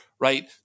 right